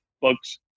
books